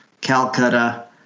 Calcutta